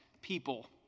people